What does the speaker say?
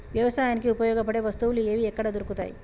వ్యవసాయానికి ఉపయోగపడే వస్తువులు ఏవి ఎక్కడ దొరుకుతాయి?